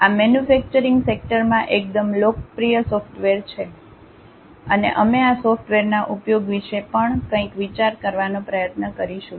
આ મેન્યુફેક્ચરિંગ સેક્ટરમાં એકદમ લોકપ્રિય સોફ્ટવેર છે અને અમે આ સોફ્ટવેરના ઉપયોગ વિશે પણ કંઇક વિચાર કરવાનો પ્રયત્ન કરીશું